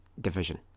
Division